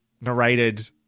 narrated